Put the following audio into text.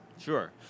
Sure